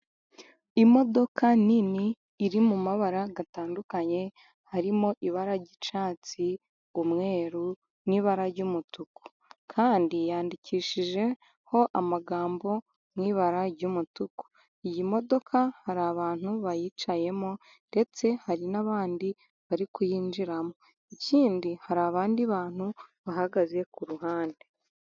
Imodoka nini iri mu mabara atandukanye, harimo ibara ry'icyatsi, umweru n'ibara ry'umutuku, kandi yandikishijeho amagambo mu ibara ry'umutuku. Iyi modoka hari abantu bayicayemo, ndetse hari n'abandi bari kuyinjiramo, ikindi hari abandi bantu bahagaze ku ruhande.